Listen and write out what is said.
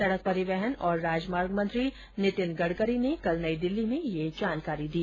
सड़क परिवहन और राजमार्ग मंत्री नितिन गडकरी ने कल नई दिल्ली में यह जानकारी दी